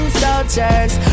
soldiers